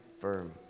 firm